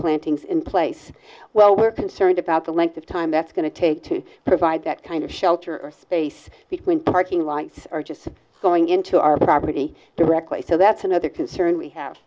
plantings in place well we're concerned about the length of time that's going to take to provide that kind of shelter space between parking lights or just going into our property directly so that's another concern we have